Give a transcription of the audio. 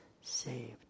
saved